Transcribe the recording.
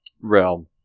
realm